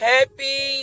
Happy